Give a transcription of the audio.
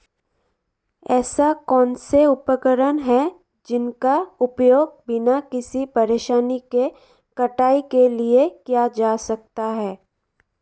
ऐसे कौनसे उपकरण हैं जिनका उपयोग बिना किसी परेशानी के कटाई के लिए किया जा सकता है?